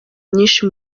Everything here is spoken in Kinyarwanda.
nyinshi